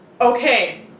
Okay